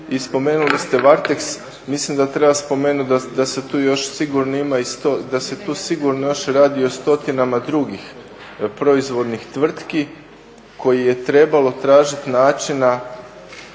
spomenuli ste Varteks. Mislim da treba spomenuti da se tu sigurno još radi i o stotinama drugih proizvodnih tvrtki koji je trebalo tražiti načina